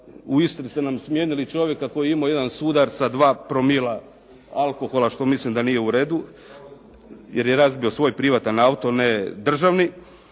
U Istri su nam smijenili čovjeka koji je imao jedan sudar sa 2 promila alkohola što mislim da nije u redu, jer je razbio svoj privatan auto ne državni.